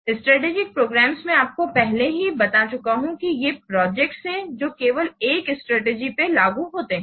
रस्ट्रेटेजिक programmes मैं आपको पहले ही बता चुका हूं कि ये ऐसे प्रोजेक्ट हैं जो केवल एक स्ट्रेटेजी पे लागु होते है